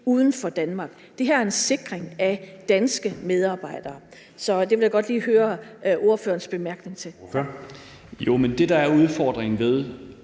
uden for Danmark. Det her er en sikring af danske medarbejdere. Så det vil jeg godt lige høre ordførerens bemærkning til.